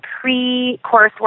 pre-coursework